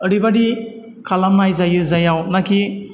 ओरैबायदि खालामनाय जायो जायावनाखि